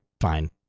fine